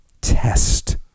Test